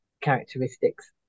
characteristics